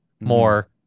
more